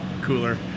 cooler